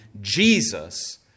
Jesus